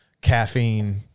caffeine